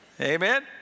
Amen